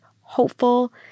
hopeful